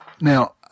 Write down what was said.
Now